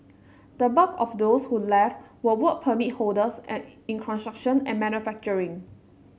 the bulk of those who left were Work Permit holders an in construction and manufacturing